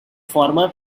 former